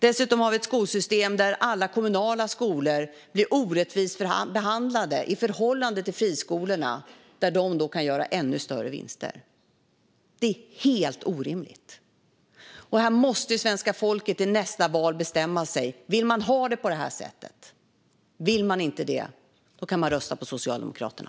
Dessutom har vi ett skolsystem där alla kommunala skolor blir orättvist behandlade i förhållande till friskolorna, som därmed kan göra ännu större vinster. Detta är helt orimligt. I valet i höst måste svenska folket bestämma sig. Vill man ha det på detta sätt? Vill man inte det röstar man på Socialdemokraterna.